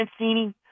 Mancini